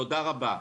תודה רבה.